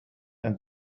and